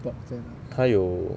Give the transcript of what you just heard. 他有